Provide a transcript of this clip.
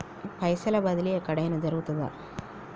పైసల బదిలీ ఎక్కడయిన జరుగుతదా?